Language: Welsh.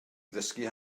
ddysgu